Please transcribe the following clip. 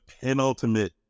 penultimate